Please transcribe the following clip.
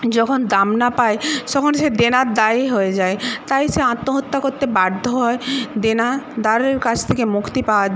যখন দাম না পায় তখন সে দেনার দায়ী হয়ে যায় তাই সে আত্মহত্যা করতে বাধ্য হয় দেনাদারের কাছ থেকে মুক্তি পাওয়ার